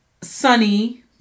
sunny